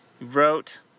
wrote